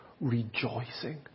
rejoicing